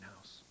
house